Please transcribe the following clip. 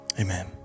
Amen